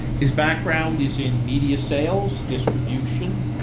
his background is in media sales, distribution,